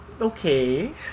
Okay